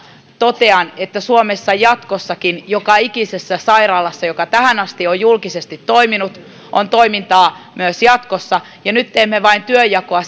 totean että suomessa joka ikisessä sairaalassa joka tähän asti on julkisesti toiminut on toimintaa myös jatkossa ja nyt teemme vain työnjakoa